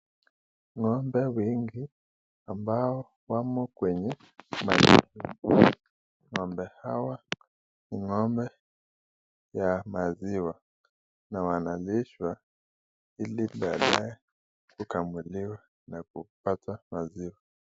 Ng'ombe wengi ambao wamo kwenye mali. Ng'ombe hawa ni ng'ombe ya maziwa na wanalishwa ili baadaye kukamuliwa na kupata maziwa.